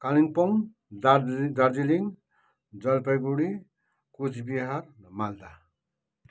कालिम्पोङ दाज दार्जिलिङ जलपाइगढी कुचबिहार र मालदा